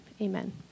amen